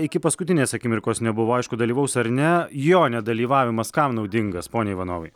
iki paskutinės akimirkos nebuvo aišku dalyvaus ar ne jo nedalyvavimas kam naudingas pone ivanovai